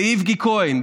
ליסכה איבגי כהן,